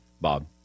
Bob